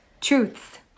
Truths